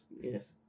Yes